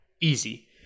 easy